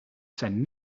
zijn